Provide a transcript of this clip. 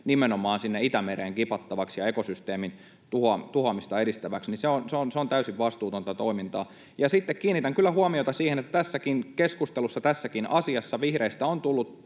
nimenomaan Itämereen kipattavaksi ja ekosysteemin tuhoamista edistäväksi, koska se on täysin vastuutonta toimintaa. Ja sitten kiinnitän kyllä huomiota siihen, että tässäkin keskustelussa, tässäkin asiassa, vihreistä on tullut